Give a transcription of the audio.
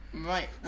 Right